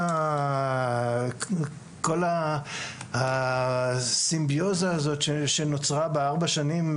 כל סימביוזה הזאת שנוצרה בארבע שנים